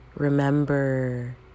remember